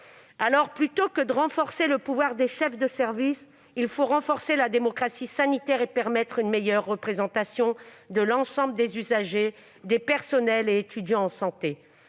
Plutôt que de renforcer le pouvoir des chefs de service, il faut renforcer la démocratie sanitaire et garantir une meilleure représentation de l'ensemble des usagers, des personnels et étudiants en santé,